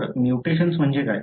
तर म्युटेशन्स म्हणजे काय